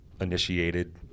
initiated